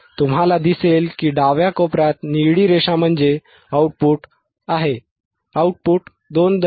तुम्हाला दिसेल की डाव्या कोपर्यात निळी रेषा म्हणजे आउटपुट 2